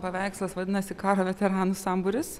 paveikslas vadinasi karo veteranų sambūris